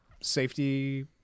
safety